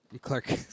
Clark